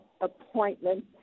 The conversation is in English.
appointment